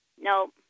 Nope